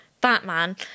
Batman